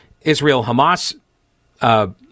Israel-Hamas